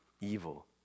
Evil